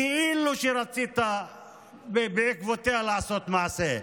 כאילו רצית בעקבותיה לעשות מעשה.